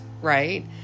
right